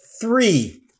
three